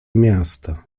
miasta